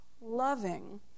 loving